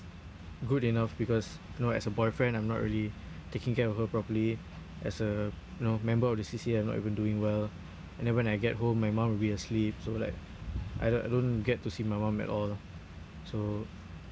good enough because you know as a boyfriend I'm not really taking care of her properly as a you know member of the C_C_A I'm not even doing well and then when I get home my mum will be asleep so like I do~ I don't get to see my mum at all so